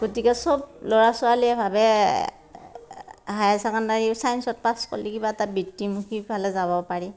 গতিকে চব ল'ৰা ছোৱালীয়ে ভাবে হায়াৰ ছেকেণ্ডাৰী চাইন্সত পাছ কৰিলে কিবা এটা বৃত্তিমুখীৰফালে যাব পাৰি